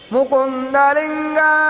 Mukundalinga